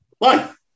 Life